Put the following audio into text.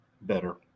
better